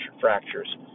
fractures